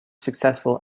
successful